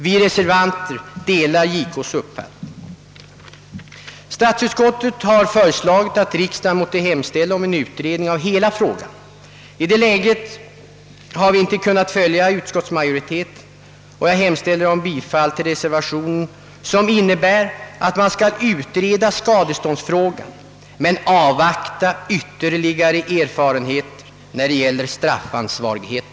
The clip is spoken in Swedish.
Vi reservanter delar JK:s uppfattning. Statsutskottet har föreslagit att riksdagen måtte hemställa om en utredning av hela frågan. I det läget har vi reservanter inte kunnat följa majoriteten, och jag yrkar därför bifall till reservationen, som innebär att riksdagen hemställer att Kungl. Maj:t måtte utreda skadeståndsfrågan men att vi skall avvakta ytterligare erfarenheter i fråga om straffansvarighet.